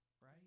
right